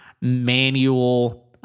manual